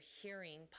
hearing